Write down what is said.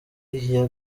iya